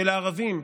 של הערבים,